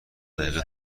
دقیقه